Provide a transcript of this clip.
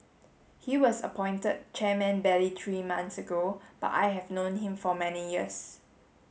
he was appointed chairman barely three months ago but I have known him for many years